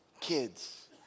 kids